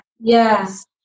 Yes